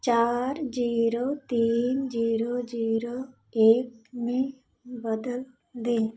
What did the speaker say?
चार जीरो तीन zero zero एक में बदल दें